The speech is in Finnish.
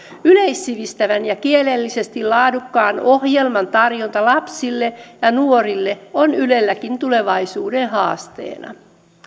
yleissivistävän ja kielellisesti laadukkaan ohjelman tarjonta lapsille ja ja nuorille on ylelläkin tulevaisuuden haasteena